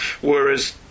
whereas